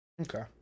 Okay